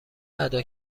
ادا